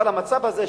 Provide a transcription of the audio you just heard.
אבל המצב הזה,